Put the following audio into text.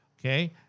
okay